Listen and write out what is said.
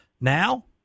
Now